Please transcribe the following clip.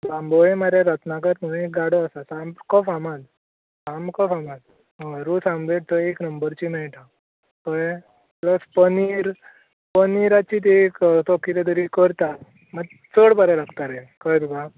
बांबोये मरे रत्नाकर म्हूण एक गाडो आसा सामको फामाद सामको फामाद रस ऑमलॅट थंय एक नंबरची मेळटा कळ्ळें प्लस पनीर पनीराचें तो एक कितें तरी करता मात चड बरें लागता रे कळ्ळें तुका